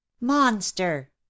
monster